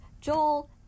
Joel